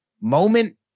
moment